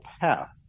path